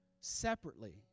separately